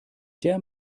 der